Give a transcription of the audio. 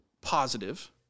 Positive